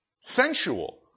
Sensual